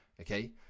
okay